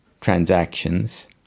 transactions